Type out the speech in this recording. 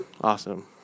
Awesome